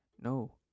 No